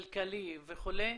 כלכלי וכו',